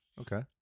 Okay